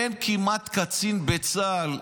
אין כמעט קצין בצה"ל,